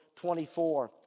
24